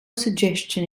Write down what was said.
suggestion